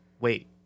Wait